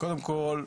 קודם כל,